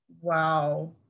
wow